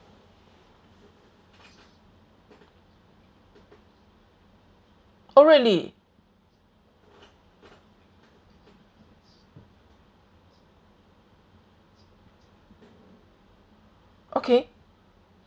oh really okay